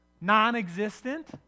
Non-existent